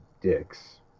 dicks